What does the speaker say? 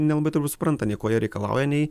nelabai turbūt supranta nei ko jie reikalauja nei